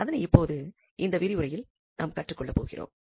அதனை இப்போது இந்த விரிவுரையில் நாம் கற்றுக்கொள்ளப் போகிறோம்